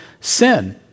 sin